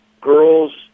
girls